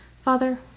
Father